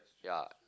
ya